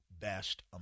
best